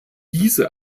diese